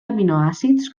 aminoàcids